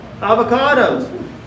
Avocados